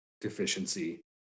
deficiency